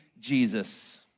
Jesus